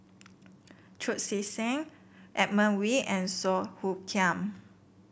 Chu Chee Seng Edmund Wee and Song Hoot Kiam